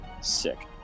Sick